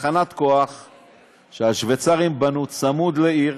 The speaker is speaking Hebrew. תחנת כוח שהשוויצרים בנו צמוד לעיר,